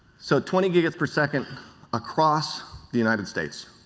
so twenty gigabits per second across the united states.